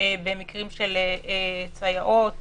במקרים של סייעות,